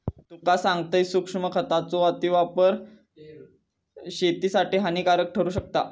तुका सांगतंय, सूक्ष्म खतांचो अतिवापर शेतीसाठी हानिकारक ठरू शकता